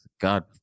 God